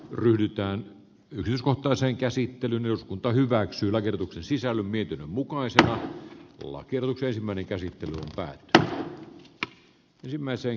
pyritään yrityskohtaiseen käsittelyyn eduskunta hyväksyi lakiehdotuksen sisällön viety kukoisti lancelot ensimmäinen käsittely alkaa tänään ensimmäisen